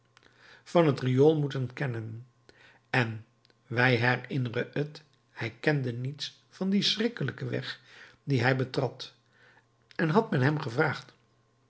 van het riool moeten kennen en wij herinnere het hij kende niets van dien schrikkelijken weg dien hij betrad en had men hem gevraagd